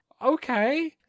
Okay